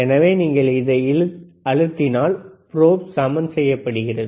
எனவே நீங்கள் இதை அழுத்தினால் ப்ரோப் சமன் செய்யப்படுகிறது